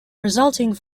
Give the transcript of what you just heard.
resulting